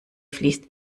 fließt